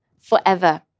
forever